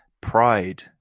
pride